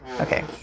Okay